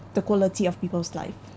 the quality of people's life